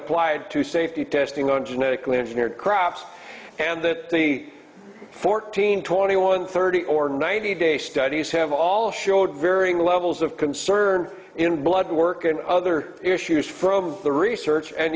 applied to safety testing on genetically engineered crops and that the fourteen twenty one thirty or ninety day studies have all showed varying levels of concern in blood work and other issues from the research and